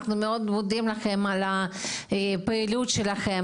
אנחנו מאוד מודים לכם על הפעילות שלכם,